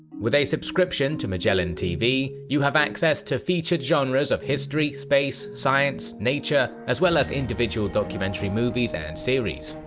with a subscription to magellantv, you have access to featured genres of history, space, science, nature, as well as individual documentary movies and series.